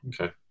Okay